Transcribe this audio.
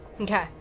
Okay